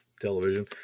television